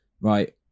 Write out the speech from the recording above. right